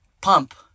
pump